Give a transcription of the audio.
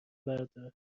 بردار